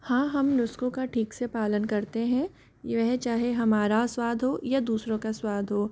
हाँ हम नुस्खों का ठीक से पालन करते हैं यह चाहे हमारा स्वाद हो या दूसरों का स्वाद हो